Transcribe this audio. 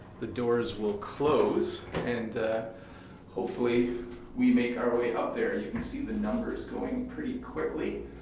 the doors will close, and hopefully we make our way up there. you can see the numbers going pretty quickly.